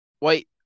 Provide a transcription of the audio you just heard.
Wait